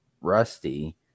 rusty